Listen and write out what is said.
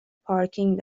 پارکینگ